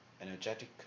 energetic